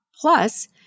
Plus